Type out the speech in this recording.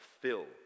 fill